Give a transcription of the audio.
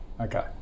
Okay